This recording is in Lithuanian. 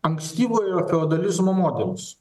ankstyvojo feodalizmo modelis